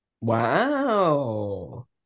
Wow